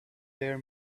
their